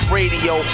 radio